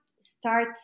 start